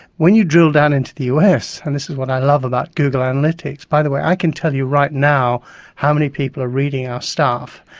when you drill down into the us, and this is what i love about google analytics, by the way, i can tell you right now how many people are reading our stuff,